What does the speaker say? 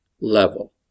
level